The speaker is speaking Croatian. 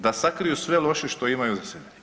Da sakriju sve loše što imaju za sebe.